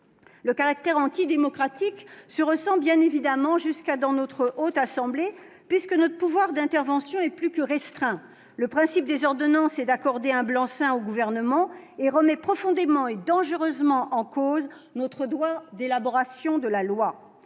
Ce caractère antidémocratique se ressent bien évidemment jusque dans notre assemblée, puisque notre pouvoir d'intervention est plus que restreint. Le principe des ordonnances est l'octroi d'un blanc-seing au Gouvernement, ce qui remet profondément et dangereusement en cause notre droit d'élaboration de la loi.